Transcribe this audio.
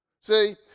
See